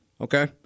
Okay